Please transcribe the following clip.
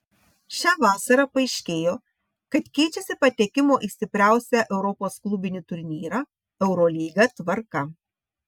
šią vasarą paaiškėjo kad keičiasi patekimo į stipriausią europos klubinį turnyrą eurolygą tvarka